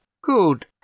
Good